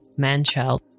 Manchild